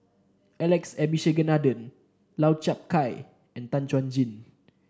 Alex Abisheganaden Lau Chiap Khai and Tan Chuan Jin